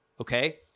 okay